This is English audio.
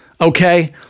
Okay